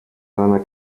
seiner